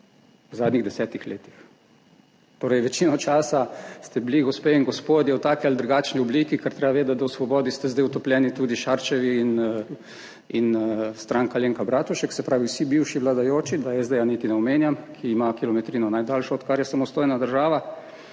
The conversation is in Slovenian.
v zadnjih desetih letih, torej večino časa ste bili, gospe in gospodje, v taki ali drugačni obliki. Ker treba je vedeti, da ste v Svobodi zdaj utopljeni tudi Šarčevi in Stranka Alenke Bratušek, se pravi vsi bivši vladajoči. Da SD niti ne omenjam, ki ima najdaljšo kilometrino, odkar je samostojna država,